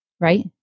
right